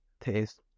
taste